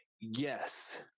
yes